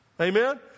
Amen